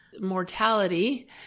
mortality